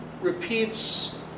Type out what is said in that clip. repeats